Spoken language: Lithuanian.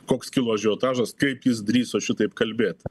koks kilo ažiotažas kaip jis drįso šitaip kalbėt